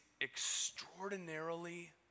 extraordinarily